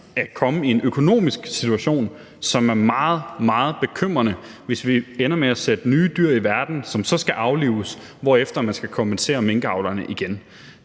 at komme i en økonomisk situation, som er meget, meget bekymrende, hvis vi ender med at sætte nye dyr i verden, som så skal aflives, hvorefter man skal kompensere minkavlerne igen.